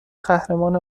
قهرمان